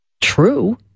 true